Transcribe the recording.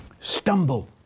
Stumble